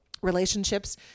relationships